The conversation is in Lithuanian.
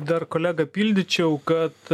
dar kolegą pildyčiau kad